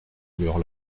allure